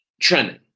trending